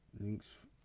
links